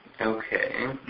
Okay